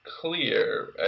clear